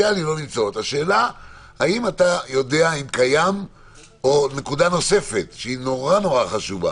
הכללי בארץ כן עבד כי היה שייך למקום עבודה חיוני במסגרת הסגר